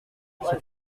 c’est